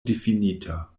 difinita